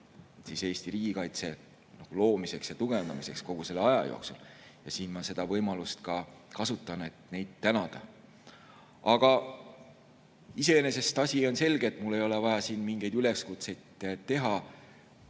teinud Eesti riigikaitse loomiseks ja tugevdamiseks kogu selle aja jooksul. Ja siin ma seda võimalust kasutan, et neid tänada. Aga iseenesest asi on selge, mul ei ole vaja siin mingeid üleskutseid teha.